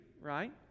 right